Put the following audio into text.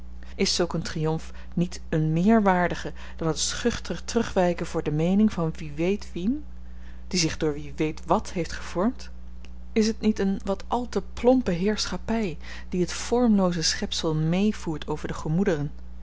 is zulk een triomf niet een meer waardige dan het schuchter terugwijken voor de meening van wie weet wien die zich door wie weet wàt heeft gevormd is het niet een wat al te plompe heerschappij die het vormlooze schepsel mee voert over de